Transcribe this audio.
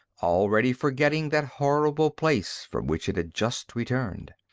already forgetting that horrible place from which it had just returned.